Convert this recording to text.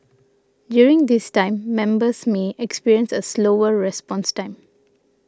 during this time members may experience a slower response time